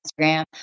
Instagram